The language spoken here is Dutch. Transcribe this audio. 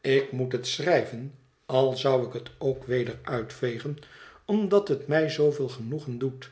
ik moet het schrijven al zou ik het ook weder uitvegen omdat het mij zooveel genoegen doet